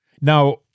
Now